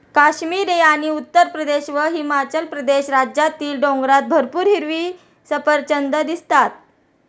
काश्मीर आणि उत्तरप्रदेश व हिमाचल प्रदेश राज्यातील डोंगरात भरपूर हिरवी सफरचंदं दिसतात